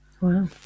Wow